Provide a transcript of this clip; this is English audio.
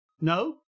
No